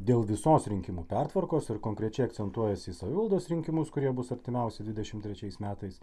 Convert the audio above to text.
dėl visos rinkimų pertvarkos ir konkrečiai akcentuojasi į savivaldos rinkimus kurie bus artimiausias dvidešimt trečiais metais